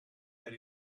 that